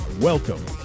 Welcome